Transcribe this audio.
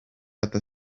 other